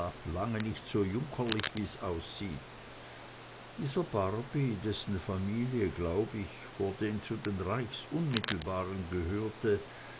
lange nicht so junkerlich wie's aussieht dieser barby dessen familie glaub ich vordem zu den reichsunmittelbaren gehörte